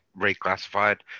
reclassified